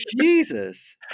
Jesus